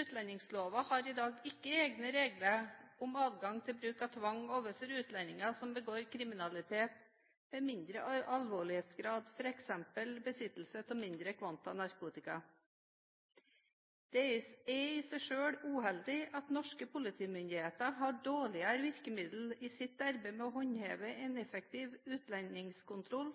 Utlendingsloven har i dag ikke egne regler om adgang til bruk av tvang overfor utlendinger som begår kriminalitet av mindre alvorlighetsgrad, f.eks. besittelse av mindre kvanta narkotika. Det er i seg selv uheldig at norske politimyndigheter har dårligere virkemidler i sitt arbeid med å håndheve en effektiv utlendingskontroll